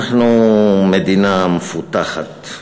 אנחנו מדינה מפותחת,